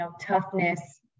toughness